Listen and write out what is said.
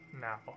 now